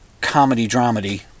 comedy-dramedy